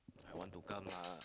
I want to come lah